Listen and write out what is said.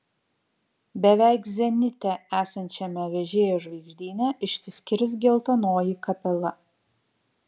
beveik zenite esančiame vežėjo žvaigždyne išsiskirs geltonoji kapela